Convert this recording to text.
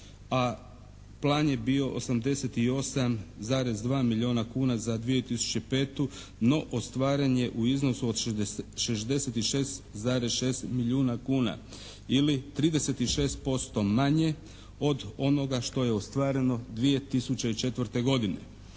a plan je bio 88,2 milijuna kuna za 2005. no ostvaren je u iznosu od 66,6 milijuna kuna ili 36% manje od onoga što je ostvareno 2004. godine.